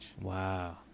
Wow